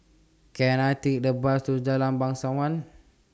Can I Take The Bus to Jalan Bangsawan